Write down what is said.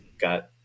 got